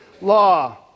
law